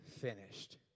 finished